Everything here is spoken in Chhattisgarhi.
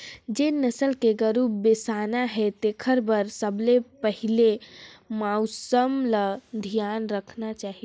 जेन नसल के गोरु बेसाना हे तेखर बर सबले पहिले मउसम ल धियान रखना चाही